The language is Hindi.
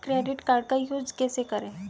क्रेडिट कार्ड का यूज कैसे करें?